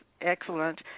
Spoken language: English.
excellent